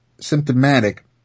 symptomatic